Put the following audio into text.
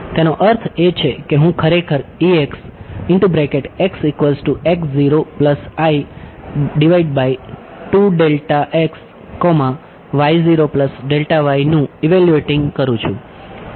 તેનો અર્થ એ છે કે હું ખરેખર નું ઇવેલ્યુએટિંગ કરું છું